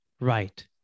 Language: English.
right